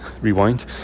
Rewind